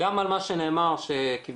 גם תלונה שהוגשה לאחרונה אבל זה משהו שהועבר